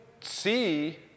see